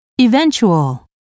Eventual